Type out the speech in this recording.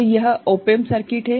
तो यह op amp circuit है